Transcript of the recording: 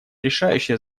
решающее